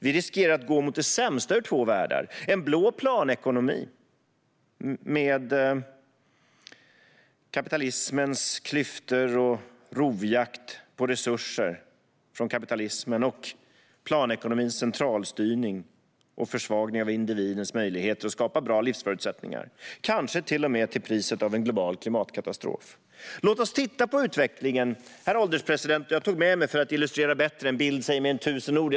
Vi riskerar att gå mot det sämsta ur två världar - en blå planekonomi med kapitalismens klyftor och rovjakt på resurser från kapitalismen samt planekonomins centralstyrning och försvagning av individens möjligheter att skapa bra livsförutsättningar, kanske till och med till priset av en global klimatkatastrof. Låt oss titta på utvecklingen, herr ålderspresident. Jag tog med mig bilder för att kunna illustrera detta bättre. En bild säger mer än 1 000 ord.